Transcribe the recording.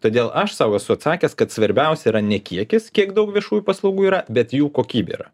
todėl aš sau esu atsakęs kad svarbiausia yra ne kiekis kiek daug viešųjų paslaugų yra bet jų kokybė yra